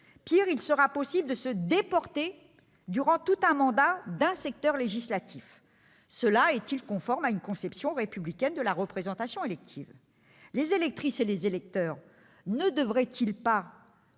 est, il sera possible de se déporter, durant tout un mandat, d'un secteur législatif. Cela est-il conforme à une conception républicaine de la représentation élective ? Les électrices et les électeurs ne devraient-ils pas,